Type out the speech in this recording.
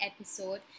episode